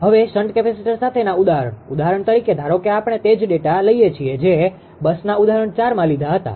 હવે shunt capacitor સાથેના ઉદાહરણ ઉદાહરણ તરીકે ધારો કે આપણે તે જ ડેટાdataમાહિતી લઈએ છીએ જે બસના ઉદાહરણ 4માં લીધા હતા